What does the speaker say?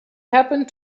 happened